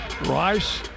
Rice